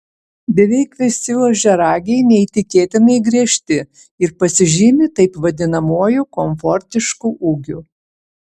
beveik visi ožiaragiai neįtikėtinai griežti ir pasižymi taip vadinamuoju komfortišku ūgiu